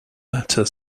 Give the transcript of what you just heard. latter